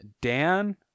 Dan